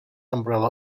umbrella